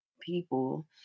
people